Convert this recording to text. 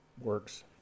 works